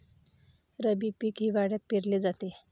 रब्बी पीक हिवाळ्यात पेरले जाते